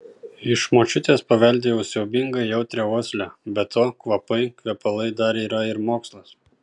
iš močiutės paveldėjau siaubingai jautrią uoslę be to kvapai kvepalai dar yra ir mokslas